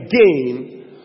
again